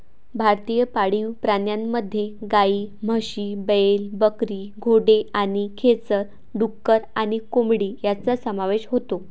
भारतीय पाळीव प्राण्यांमध्ये गायी, म्हशी, बैल, बकरी, घोडे आणि खेचर, डुक्कर आणि कोंबडी यांचा समावेश होतो